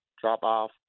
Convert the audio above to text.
drop-off